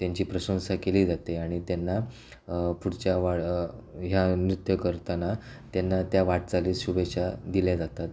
त्यांची प्रशंसा केली जाते आणि त्यांना पुढच्या वाळ ह्या नृत्य करताना त्यांना त्या वाटचाली शुभेच्छा दिल्या जातात